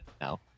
now